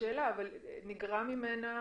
לי שנגרע ממנה